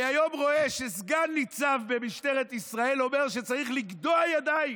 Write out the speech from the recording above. אני היום רואה שסגן ניצב במשטרת ישראל אומר שצריך לגדוע ידיים,